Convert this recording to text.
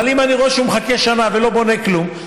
אבל אם אני רואה שהוא מחכה שנה ולא בונה כלום,